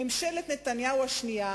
ממשלת נתניהו השנייה,